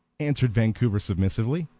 answered vancouver, submissively.